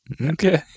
Okay